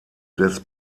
des